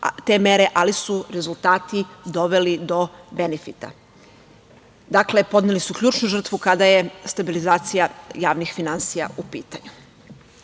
ali su rezultati doveli do benefita. Dakle, podneli su ključnu žrtvu, kada je stabilizacija javnih finansija u pitanju.